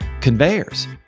conveyors